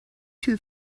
two